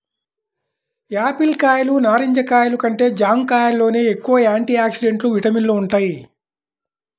Apple కాయలు, నారింజ కాయలు కంటే జాంకాయల్లోనే ఎక్కువ యాంటీ ఆక్సిడెంట్లు, విటమిన్లు వుంటయ్